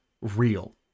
real